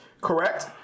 correct